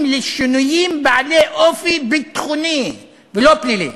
לשינויים בעלי אופי ביטחוני ולא פלילי.